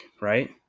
right